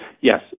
yes